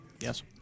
Yes